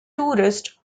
tourist